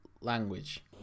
language